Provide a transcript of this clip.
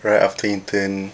right after you intan